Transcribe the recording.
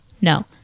No